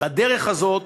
בדרך הזאת